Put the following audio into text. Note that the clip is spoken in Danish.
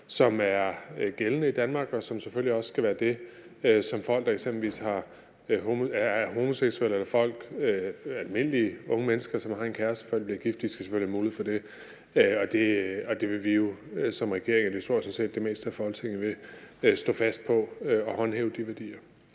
som er gældende i Danmark. Det skal selvfølgelig være sådan, at folk, der eksempelvis er homoseksuelle, eller almindelige unge mennesker, som har en kæreste, før de bliver gift, skal have mulighed for det. Og vi vil jo som regering, og det tror jeg sådan set at det meste af Folketinget vil, stå fast på det og håndhæve de værdier.